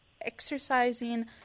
exercising